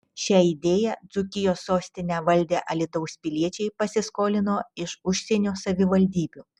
šią idėją dzūkijos sostinę valdę alytaus piliečiai pasiskolino iš užsienio savivaldybių